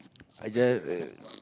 I just uh